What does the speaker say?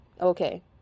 Okay